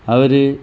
അവർ